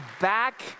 back